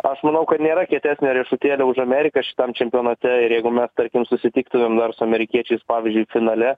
aš manau kad nėra kietesnio riešutėlio už ameriką šitam čempionate ir jeigu mes tarkim susitiktumėm dar su amerikiečiais pavyzdžiui finale